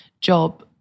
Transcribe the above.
job